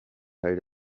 teil